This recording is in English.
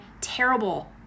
terrible